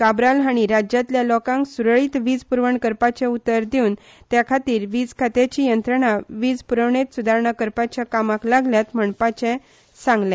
काब्राल हांणी राज्यातल्या लोकांक सुरळीत वीज पूरवण करपाचे उतर दिवन ते खातीर वीज खात्याची यंत्रणा वीज पूरवणेत सुदारणा करपाच्या कामाक लागल्यात म्हणपाचेय ताणी सांगले